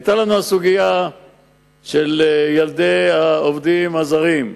היתה הסוגיה של ילדי העובדים הזרים.